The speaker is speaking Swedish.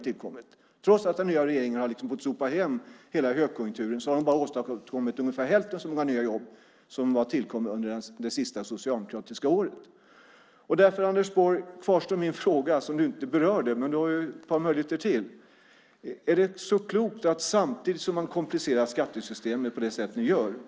Trots att den nya regeringen har fått sopa hem hela högkonjunkturen har man bara åstadkommit ungefär hälften så många nya jobb som de som tillkom under det sista socialdemokratiska året. Min fråga som du inte berörde, Anders Borg, kvarstår. Du har ju ett par möjligheter till.